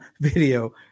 video